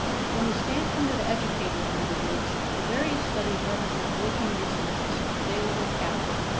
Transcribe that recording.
from the standpoint of the educator, in other words, the various studies represent working resources, available capital.